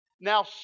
Now